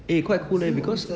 eh quite cool leh because